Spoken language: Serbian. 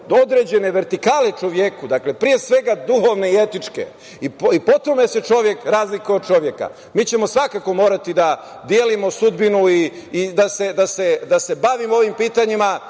do određene vertikale čoveku, dakle, pre svega, duhovne i etičke i potome se čovek razlikuje od čoveka. Mi ćemo svakako morati da delimo sudbinu i da se bavimo ovim pitanjima.